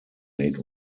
made